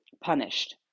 punished